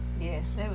yes